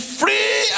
free